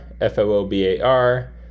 F-O-O-B-A-R